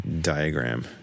diagram